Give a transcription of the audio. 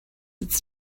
its